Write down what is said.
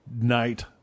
night